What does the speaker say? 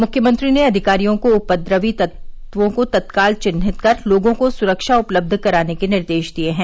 मुख्यमंत्री ने अधिकारियों को उपद्रवी तत्वों को तत्काल चिन्हित कर लोगों को सुरक्षा उपलब्ध कराने के निर्देश दिये हैं